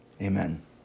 Amen